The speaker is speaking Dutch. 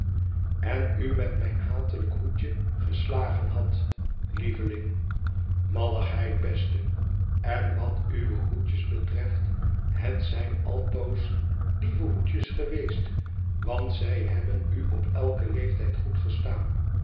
en u met mijn hatelijk hoedje geslagen had lieveling malligheid beste n wat uwe hoedjes betreft het zijn altoos lieve hoedjes geweest want zij hebben u op eiken leeftijd goed gestaan